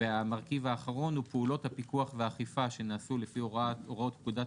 והמרכיב האחרון הוא פעולות הפיקוח והאכיפה שנעשו לפי הוראות פקודת